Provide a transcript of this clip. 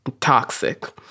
toxic